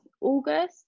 August